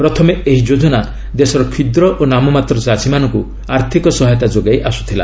ପ୍ରଥମେ ଏହି ଯୋକନା ଦେଶର କ୍ଷୁଦ୍ର ଓ ନାମମାତ୍ର ଚାଷୀମାନଙ୍କୁ ଆର୍ଥିକ ସହାୟତା ଯୋଗାଇ ଆସୁଥିଲା